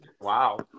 Wow